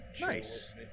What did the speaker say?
Nice